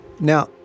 Now